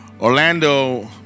Orlando